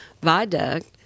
viaduct